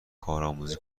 کارآموزی